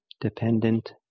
dependent